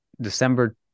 december